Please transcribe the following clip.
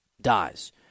dies